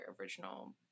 original